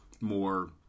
more